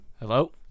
Hello